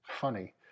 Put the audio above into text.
Funny